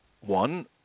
one